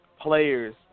Players